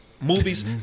movies